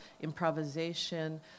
improvisation